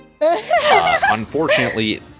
Unfortunately